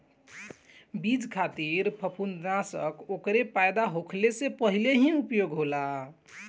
बीज खातिर फंफूदनाशक ओकरे पैदा होखले से पहिले ही उपयोग होला